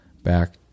back